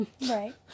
right